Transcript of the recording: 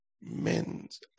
men's